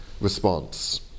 response